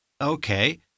Okay